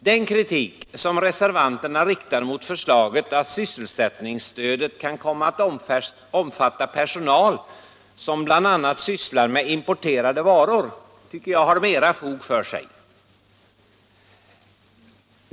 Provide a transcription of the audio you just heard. Den kritik som reservanterna riktar mot förslaget att sysselsättningsstödet kan komma att omfatta personal som bl.a. sysslar med importerade varor tycker jag har mera fog för sig.